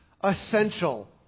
essential